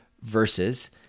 versus